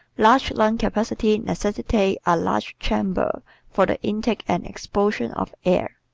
large lung capacity necessitates a large chamber for the intake and expulsion of air.